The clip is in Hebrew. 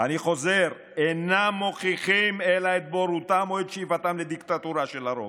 אני חוזר: "אינם מוכיחים אלא את בורותם או את שאיפתם לדיקטטורה של הרוב,